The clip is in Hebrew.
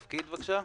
בבקשה.